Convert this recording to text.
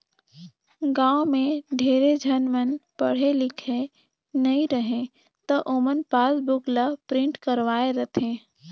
गाँव में ढेरे झन मन पढ़े लिखे नई रहें त ओमन पासबुक ल प्रिंट करवाये रथें